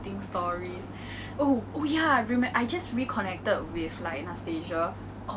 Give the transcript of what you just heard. err yes yes I actually I was at the back of the class because 那个是我的座位